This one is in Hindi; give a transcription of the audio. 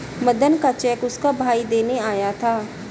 मदन का चेक उसका भाई देने आया था